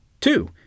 Two